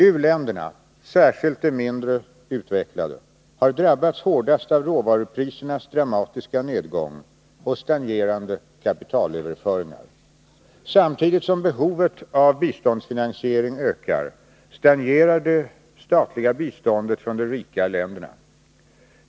U-länderna, särskilt de mindre utvecklade, har drabbats hårdast av råvaruprisernas dramatiska nedgång och stagnerande kapitalöverföringar. Samtidigt som behovet av biståndsfinansiering ökar stagnerar det statliga biståndet från de rika länderna.